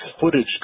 footage